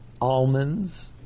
almonds